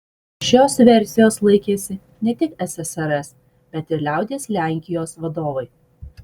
šios versijos laikėsi ne tik ssrs bet ir liaudies lenkijos vadovai